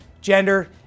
gender